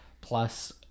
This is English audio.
Plus